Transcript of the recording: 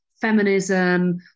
feminism